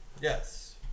Yes